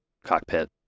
cockpit